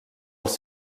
els